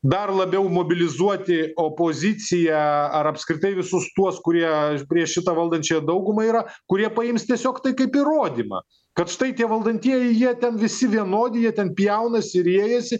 dar labiau mobilizuoti opoziciją ar apskritai visus tuos kurie prieš šitą valdančiąją daugumą yra kurie paims tiesiog tai kaip įrodymą kad štai tie valdantieji jie ten visi vienodi jie ten pjaunasi riejasi